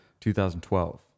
2012